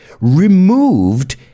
removed